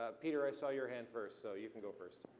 ah peter, i saw your hand first, so you can go first.